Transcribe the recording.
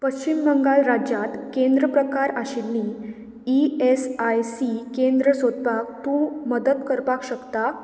पश्चीम बंगाल राज्यांत केंद्र प्रकार आशिल्लीं ईएसआयसी केंद्र सोदपाक तूं मदत करपाक शकता